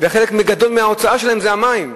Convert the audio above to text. וחלק גדול מההוצאה שלהם זה המים.